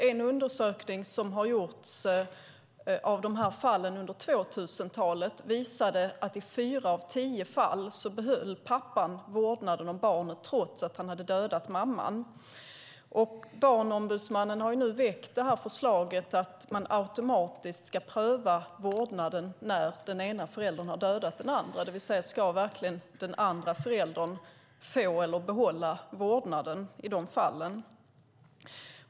En undersökning av dessa fall under 2000-talet visade att i fyra av tio fall behöll pappan vårdnaden om barnet trots att han hade dödat mamman. Barnombudsmannen har nu väckt förslaget att man automatiskt ska pröva vårdnaden när den ena föräldern har dödat den andra. Ska verkligen den andra föräldern få eller behålla vårdnaden i de fallen?